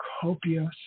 copious